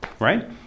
right